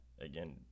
again